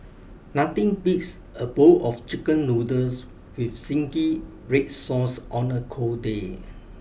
nothing beats a bowl of Chicken Noodles with zingy red sauce on a cold day